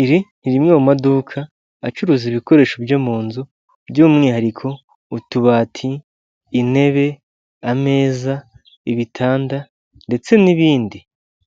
Iri ni rimwe mu maduka acuruza ibikoresho byo mu nzu by'umwihariko, utubati, intebe, ameza, ibitanda ndetse n'ibindi,